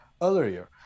earlier